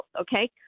okay